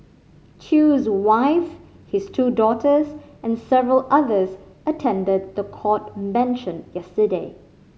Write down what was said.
Chew's wife his two daughters and several others attended the court mention yesterday